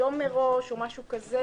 יום מראש בגלל שזאת פגרה?